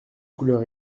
couleur